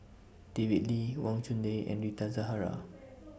David Lee Wang Chunde and Rita Zahara